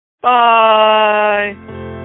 Bye